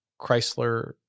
Chrysler